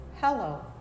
Hello